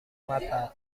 mata